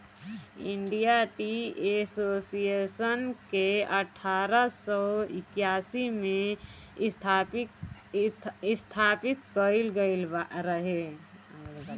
India tea association के अठारह सौ इक्यासी में स्थापित कईल गईल रहे